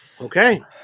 Okay